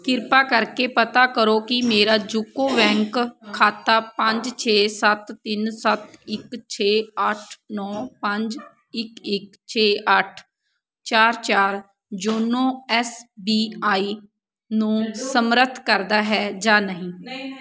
ਕਿਰਪਾ ਕਰਕੇ ਪਤਾ ਕਰੋ ਕਿ ਮੇਰਾ ਯੂਕੋ ਬੈਂਕ ਖਾਤਾ ਪੰਜ ਛੇ ਸੱਤ ਤਿੰਨ ਸੱਤ ਇੱਕ ਛੇ ਅੱਠ ਨੌ ਪੰਜ ਇੱਕ ਇੱਕ ਛੇ ਅੱਠ ਚਾਰ ਚਾਰ ਯੋਨੋ ਐਸ ਬੀ ਆਈ ਨੂੰ ਸਮਰਥ ਕਰਦਾ ਹੈ ਜਾਂ ਨਹੀਂ